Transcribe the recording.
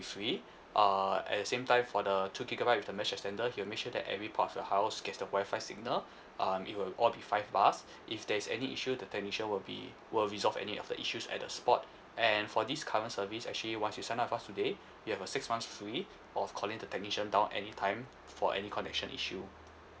free uh at the same time for the two gigabyte with the mesh extender he'll make sure that every part of the house gets the WI-FI signal um it will all be five bars if there's any issue the technician will be will resolve any of the issues at the spot and for this current service actually once you sign up with us today you have a six months free of calling the technician down any time for any connection issue